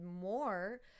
more